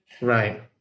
Right